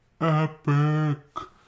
epic